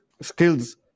skills